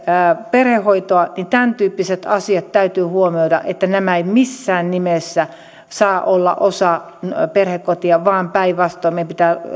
perhehoitoa niin tämän tyyppiset asiat täytyy huomioida nämä eivät missään nimessä saa olla osa perhekotia vaan päinvastoin meidän pitää